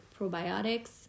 probiotics